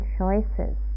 choices